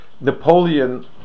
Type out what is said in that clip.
Napoleon